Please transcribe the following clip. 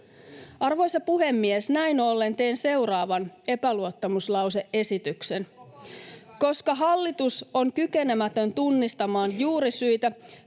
Arvoisa puhemies! Näin ollen teen seuraavan epäluottamuslause-esityksen: ”Koska hallitus on kykenemätön tunnistamaan juurisyitä